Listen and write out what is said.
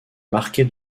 marquée